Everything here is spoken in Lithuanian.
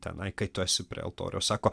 tenai kai tu esi prie altoriaus sako